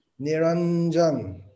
Niranjan